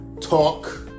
talk